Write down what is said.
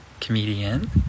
comedian